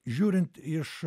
žiūrint iš